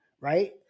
Right